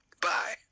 bye